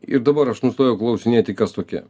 ir dabar aš nustojau klausinėti kas tokie